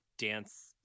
dance